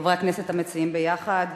חברי הכנסת המציעים ביחד,